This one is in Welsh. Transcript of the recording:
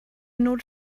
nod